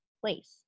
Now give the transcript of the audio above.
place